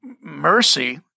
mercy